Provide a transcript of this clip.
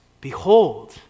Behold